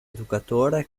educatore